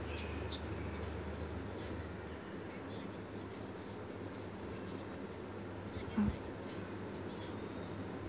oh